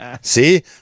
see